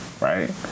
right